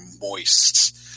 moist